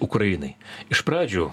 ukrainai iš pradžių